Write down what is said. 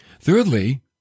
Thirdly